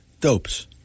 dopes